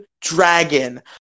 dragon